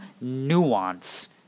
nuance